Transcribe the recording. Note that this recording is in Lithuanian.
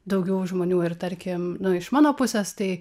daugiau žmonių ir tarkim iš mano pusės tai